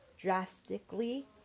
drastically